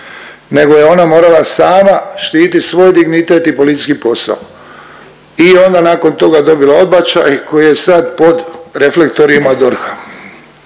nego je ona morala sama štitit svoj dignitet i policijski posao i onda nakon toga dobila odbačaj koji je sad pod reflektorima DORH-a.